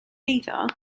eiddo